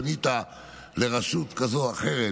פנית לרשות כזאת או אחרת